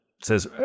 says